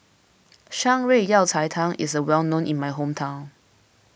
Shan Rui Yao Cai Tang is well known in my hometown